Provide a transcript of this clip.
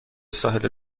ساحل